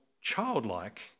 childlike